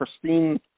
pristine